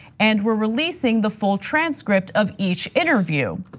and we're releasing the full transcript of each interview.